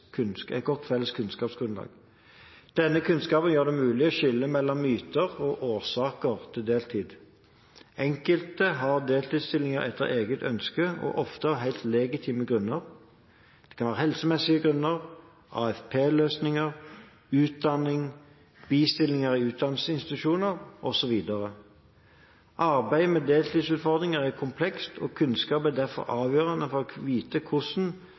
kunnskapsgrunnlag. Denne kunnskapen gjør det mulig å skille mellom myter og årsaker til deltid. Enkelte har deltidsstillinger etter eget ønske og ofte av helt legitime grunner. Det kan være helsemessige grunner, AFP-løsninger, utdanning, bistillinger i utdanningsinstitusjon osv. Arbeidet med deltidsutfordringen er komplekst, og kunnskap er derfor avgjørende for å vite